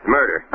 Murder